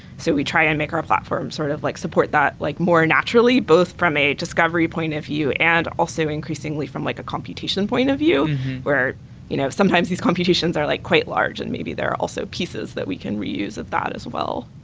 so we try and make our platform sort of like support that like more naturally both from a discovery point of view and also increasingly from like a computation and point of view where you know sometimes these computations are like quite large and maybe there are also pieces that we can reuse at that as well.